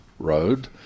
Road